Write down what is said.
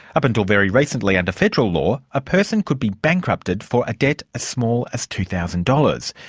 up until very recently under federal law, a person could be bankrupted for a debt as small as two thousand dollars,